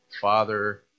father